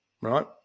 right